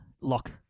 lock